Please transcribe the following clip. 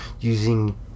using